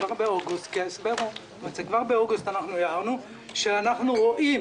כבר באוגוסט אמרנו שאנחנו רואים